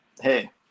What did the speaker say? hey